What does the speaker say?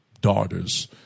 daughters